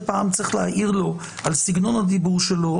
פעם צריך להעיר לו על סגנון הדיבור שלו,